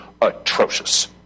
atrocious